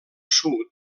sud